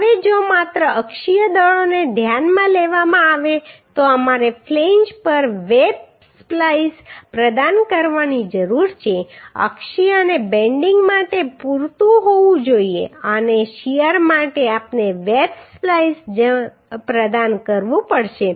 હવે જો માત્ર અક્ષીય દળોને ધ્યાનમાં લેવામાં આવે તો અમારે ફ્લેંજ પર વેબ સ્પ્લાઈસ પ્રદાન કરવાની જરૂર નથી અક્ષીય અને બેન્ડિંગ માટે પૂરતું હોવું જોઈએ અને શીયર માટે આપણે વેબ સ્પ્લાઈસ પ્રદાન કરવું પડશે